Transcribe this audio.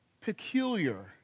peculiar